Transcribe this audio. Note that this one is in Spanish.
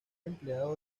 empleado